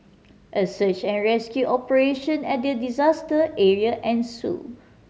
a search and rescue operation at the disaster area ensued